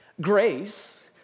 Grace